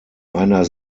einer